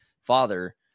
father